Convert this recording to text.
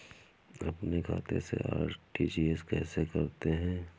अपने खाते से आर.टी.जी.एस कैसे करते हैं?